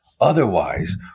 Otherwise